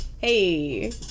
hey